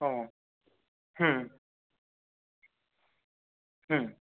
ও হুম হুম